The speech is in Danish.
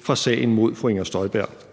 fra sagen mod fru Inger Støjberg.